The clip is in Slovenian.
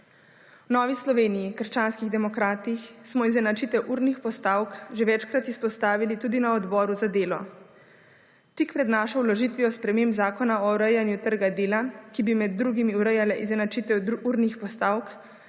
V Novi Sloveniji – krščanskih demokratih smo izenačitev urnih postavk že večkrat izpostavili tudi na Odboru za delo. Tik pred našo vložitvijo sprememb Zakona o urejanju trga dela, ki bi med drugim urejale izenačitev urnih postavk,